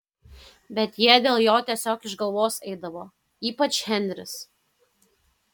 bet jie dėl jo tiesiog iš galvos eidavo ypač henris